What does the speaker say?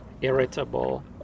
irritable